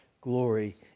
glory